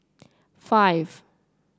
five